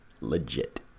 Legit